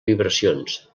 vibracions